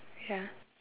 ya